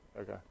Okay